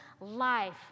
life